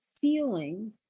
feeling